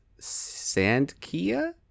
Sandkia